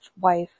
wife